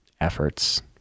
efforts